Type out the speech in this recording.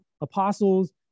apostles